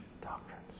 doctrines